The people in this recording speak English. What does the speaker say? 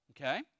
okay